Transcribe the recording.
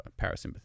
parasympathetic